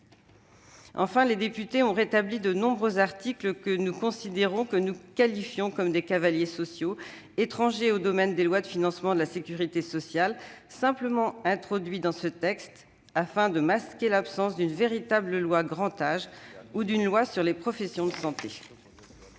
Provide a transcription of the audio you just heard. Enfin, les députés ont rétabli de nombreux articles que nous qualifions de « cavaliers sociaux », car ils sont étrangers au domaine des lois de financement de la sécurité sociale, et ont été introduits dans ce texte simplement pour masquer l'absence d'une véritable loi Grand Âge ou d'une loi sur les professions de santé.